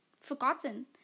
forgotten